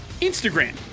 Instagram